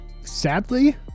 sadly